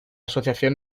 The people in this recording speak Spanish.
asociación